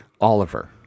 Oliver